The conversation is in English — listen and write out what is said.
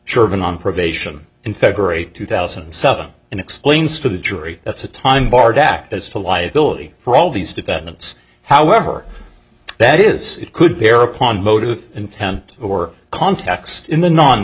sherman on probation in february two thousand and seven and explains to the jury that's a time barred act as to liability for all these defendants however that is it could bear upon motive intent or context in the non